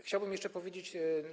Chciałbym jeszcze powiedzieć.